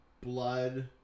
blood